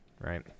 right